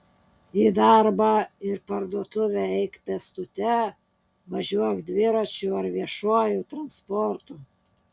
į darbą ir parduotuvę eik pėstute važiuok dviračiu ar viešuoju transportu